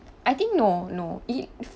I think no no it